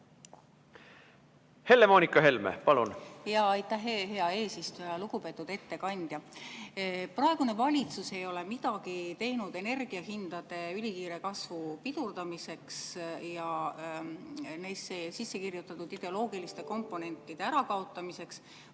Helle-Moonika Helme, palun!